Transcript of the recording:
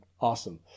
Awesome